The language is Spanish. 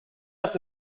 las